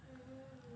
mm